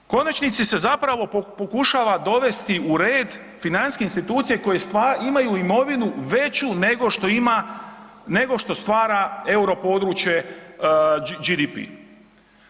U konačnici se zapravo pokušava dovesti u red financijske institucije koje imaju imovinu veću nego što ima, nego što stvara europodručje GDPR.